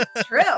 true